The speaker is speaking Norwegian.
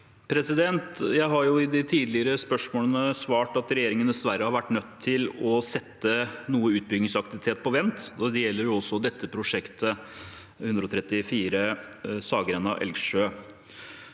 Jeg har på de tidligere spørsmålene svart at regjeringen dessverre har vært nødt til å sette noe utbyggingsaktivitet på vent, og det gjelder også dette prosjektet, E134 Saggrenda–Elgsjø.